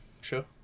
Sure